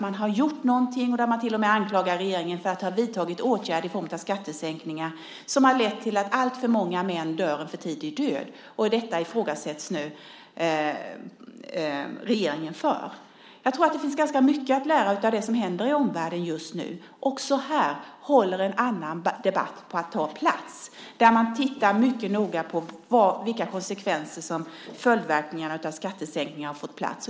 Man anklagar till och med regeringen för att ha vidtagit åtgärder i form av skattesänkningar som har lett till att alltför många män dör en förtidig död. Detta ifrågasätts nu regeringen för. Jag tror att det finns ganska mycket att lära av det som händer i omvärlden just nu. Också här håller en annan debatt på att ta plats där man tittar mycket noga på vilka konsekvenser och följdverkningar som skattesänkningarna har fått.